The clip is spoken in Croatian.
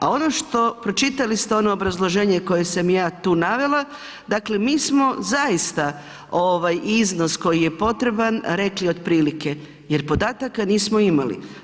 A ono što, pročitali ste ono obrazloženje koje sam ja tu navela, dakle mi smo zaista ovaj iznos koji je potreban rekli otprilike jer podataka nismo imali.